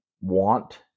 want